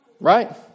Right